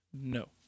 No